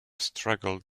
struggled